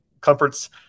comforts